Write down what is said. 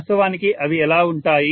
వాస్తవానికి అవి ఎలా ఉంటాయి